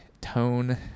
tone